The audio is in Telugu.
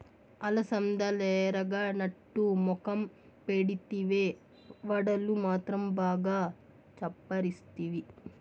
అలసందలెరగనట్టు మొఖం పెడితివే, వడలు మాత్రం బాగా చప్పరిస్తివి